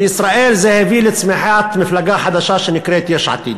בישראל זה הביא לצמיחת מפלגה חדשה שנקראת יש עתיד.